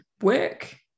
work